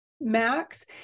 max